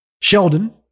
Sheldon